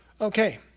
Okay